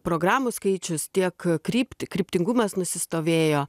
programų skaičius tiek krypti kryptingumas nusistovėjo